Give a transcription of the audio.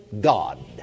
God